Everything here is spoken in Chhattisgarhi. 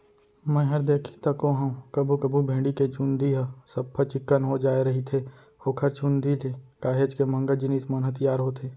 मैंहर देखें तको हंव कभू कभू भेड़ी के चंूदी ह सफ्फा चिक्कन हो जाय रहिथे ओखर चुंदी ले काहेच के महंगा जिनिस मन ह तियार होथे